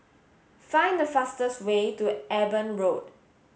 find the fastest way to Eben Road